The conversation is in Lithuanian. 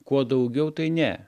kuo daugiau tai ne